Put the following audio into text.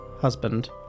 husband